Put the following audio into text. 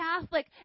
Catholic